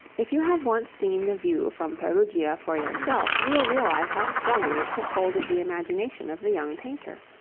if you have once seen the view from perugia for yourself, you will realize how strongly it took hold of the imagination of the young painter.